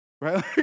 right